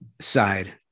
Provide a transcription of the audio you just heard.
side